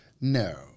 No